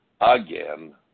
again